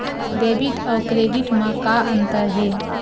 Debit अउ credit म का अंतर हे?